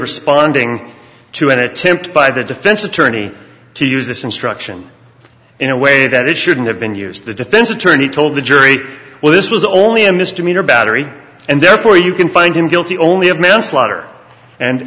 responding to an attempt by the defense attorney to use this instruction in a way that it shouldn't have been yours the defense attorney told the jury well this was only a misdemeanor battery and therefore you can find him guilty only of man